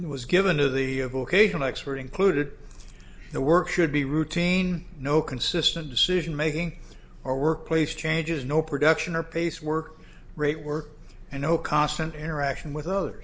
was given of the vocation expert included the work should be routine no consistent decision making or workplace changes no production or pace work rate work and no cost and interaction with other